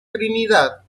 trinidad